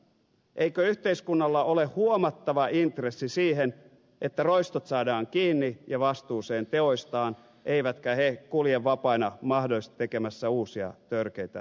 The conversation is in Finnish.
eikö yhteiskunnalla ole huomattava intressi siihen että roistot saadaan kiinni ja vastuuseen teoistaan eivätkä he kulje vapaina mahdollisesti tekemässä uusia törkeitä rikoksia